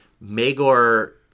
Magor